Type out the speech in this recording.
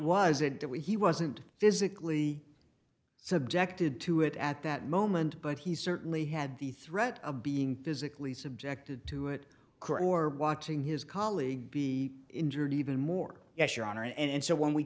that he wasn't physically subjected to it at that moment but he certainly had the threat of being physically subjected to it core watching his colleague be injured even more yes your honor and